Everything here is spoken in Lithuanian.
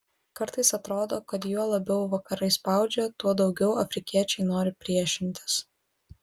kartais atrodo kad juo labiau vakarai spaudžia tuo daugiau afrikiečiai nori priešintis